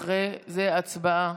אחרי זה הצבעה,